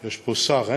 יש פה שר?